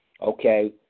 Okay